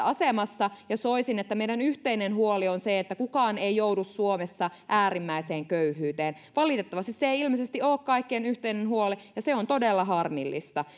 asemassa ja soisin että meidän yhteinen huolemme on se että kukaan ei joudu suomessa äärimmäiseen köyhyyteen valitettavasti se ei ilmeisesti ole kaikkien yhteinen huoli ja se on todella harmillista